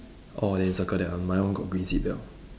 orh then you circle that my one got green seatbelt